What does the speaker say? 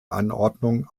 anordnung